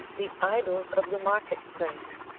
the idols of the market-place,